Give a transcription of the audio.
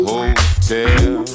Hotel